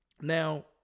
now